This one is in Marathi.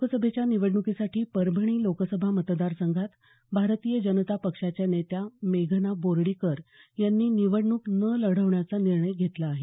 लोकसभेच्या निवडणुकीसाठी परभणी लोकसभा मतदार संघात भारतीय जनता पक्षाच्या नेत्या मेघना बोर्डीकर यांनी निवडणूक न लढवण्याचा निर्णय घेतला आहे